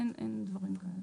אין דברים כאלה.